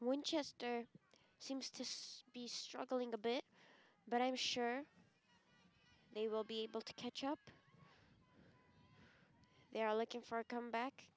winchester seems to be struggling a bit but i'm sure they will be able to catch up they're looking for a comeback